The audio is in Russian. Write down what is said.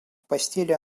постели